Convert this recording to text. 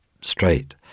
straight